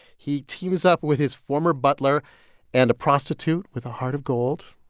he teams up with his former butler and a prostitute with a heart of gold.